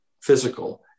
physical